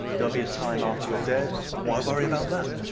there'll be a time after you're dead, why worry about that?